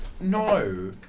no